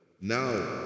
Now